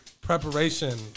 preparation